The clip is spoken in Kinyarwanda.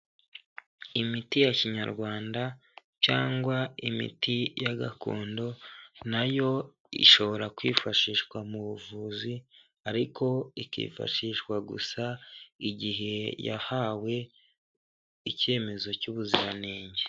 Imiti ya kinyarwanda cyangwa imiti ya gakondo, nayo ishobora kwifashishwa mu buvuzi, ariko ikifashishwa gusa igihe yahawe icyemezo cy'ubuziranenge.